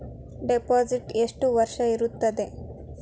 Deposit ಎಷ್ಟು ವರ್ಷ ಇರುತ್ತದೆ?